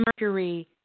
mercury